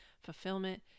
fulfillment